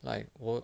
like 我